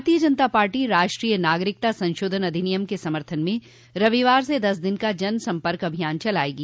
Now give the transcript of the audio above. भारतीय जनता पार्टी राष्ट्रीय नागरिकता संशोधन अधिनियम के समर्थन में रविवार से दस दिन का जनसंपर्क अभियान चलाएगी